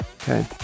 okay